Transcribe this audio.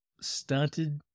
stunted